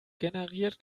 generiert